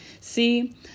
see